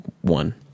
One